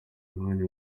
umwanya